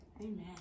amen